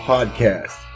Podcast